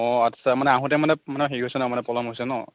অঁ আচ্ছা আহোঁতে মানে হেৰি হৈছে ন পলম হৈছে ন